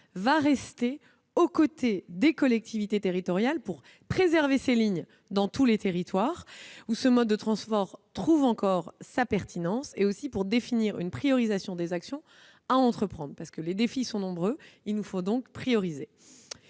demeurera aux côtés des collectivités territoriales pour préserver ces lignes dans tous les territoires où ce mode de transport trouve encore sa pertinence et pour définir une priorisation des actions à entreprendre. Les défis étant nombreux, il nous faut donc prioriser.